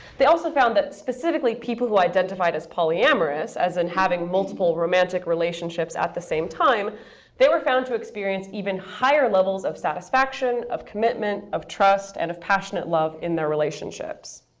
they also found that specifically people who identified as polyamorous as in having multiple romantic relationships at the same time they were found to experience even higher levels of satisfaction, of commitment, of trust, and of passionate love in their relationships.